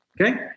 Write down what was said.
Okay